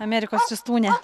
amerikos ristūnė